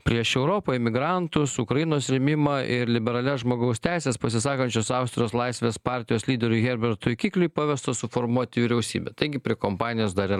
prieš europą imigrantus ukrainos rėmimą ir liberalias žmogaus teises pasisakančius austrijos laisvės partijos lyderiui herbertui kikliui pavesta suformuoti vyriausybę taigi pri kompanijos dar ir